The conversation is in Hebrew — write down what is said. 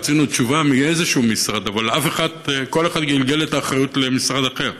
רצינו תשובה מאיזשהו משרד אבל כל אחד גלגל את האחריות למשרד אחר.